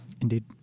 Indeed